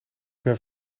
ben